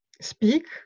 speak